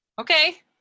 Okay